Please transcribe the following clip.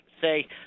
say